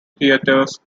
theaters